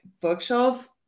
bookshelf